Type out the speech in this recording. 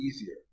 easier